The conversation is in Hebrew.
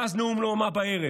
ואז נאום לאומה בערב,